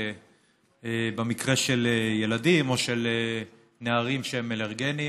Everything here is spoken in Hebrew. במקרה של ילדים או של נערים שהם אלרגיים.